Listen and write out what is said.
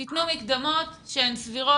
אלא תנו מקדמות שהן סבירות.